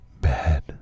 bad